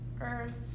earth